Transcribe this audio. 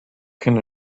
can